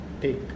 take